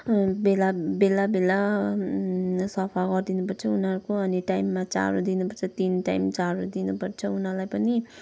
बेला बेला बेला सफा गरिदिनुपर्छ उनीहरूको अनि टाइममा चारो दिनुपर्छ तिन टाइम चारो दिनुपर्छ उनीहरूलाई पनि